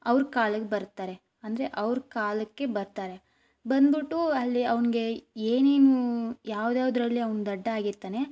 ಅವ್ರ ಕಾಲಕ್ಕೆ ಬರ್ತಾರೆ ಅಂದರೆ ಅವ್ರ ಕಾಲಕ್ಕೆ ಬರ್ತಾರೆ ಬಂದ್ಬಿಟ್ಟು ಅಲ್ಲಿ ಅವ್ನಿಗೆ ಏನೇನು ಯಾವ್ದು ಯಾವುದ್ರಲ್ಲಿ ಅವ್ನು ದಡ್ಡ ಆಗಿರ್ತಾನೆ